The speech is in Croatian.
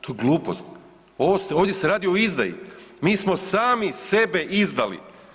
To je glupost, ovdje se radi o izdaji, mi smo sami sebe izdali.